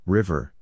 River